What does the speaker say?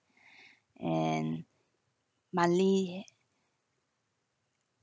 and monthly